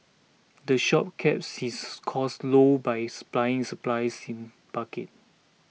the shop keeps his costs low by his buying its supplies in bucket